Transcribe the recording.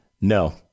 no